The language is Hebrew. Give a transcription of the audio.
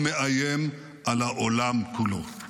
הוא מאיים על העולם כולו.